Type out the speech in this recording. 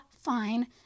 fine